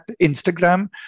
Instagram